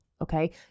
okay